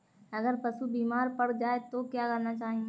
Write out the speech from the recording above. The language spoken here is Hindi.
अगर पशु बीमार पड़ जाय तो क्या करना चाहिए?